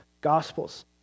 gospels